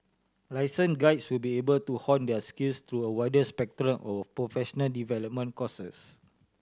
licensed guides will be able to hone their skills through a wider spectrum of professional development courses